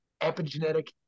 epigenetic